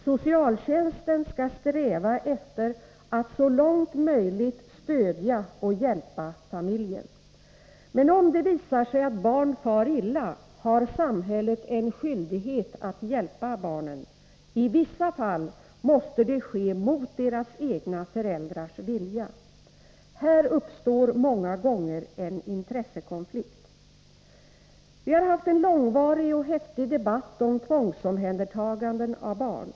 Socialtjänsten skall sträva efter att så långt möjligt stödja och hjälpa familjen. Men om det visar sig att barn far illa har samhället en skyldighet att hjälpa barnen —i vissa fall måste det ske mot deras egna föräldrars vilja. Här uppstår många gånger en intressekonflikt. Vi har haft en långvarig och häftig debatt om tvångsomhändertaganden av barn.